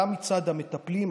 גם מצד המטפלים,